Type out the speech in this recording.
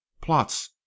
plots